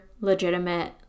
legitimate